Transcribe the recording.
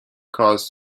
caused